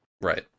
Right